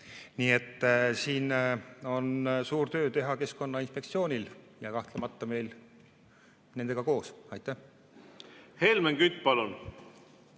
Nii et siin on suur töö teha keskkonnainspektsioonil ja kahtlemata meil nendega koos. Aitäh! Jaa,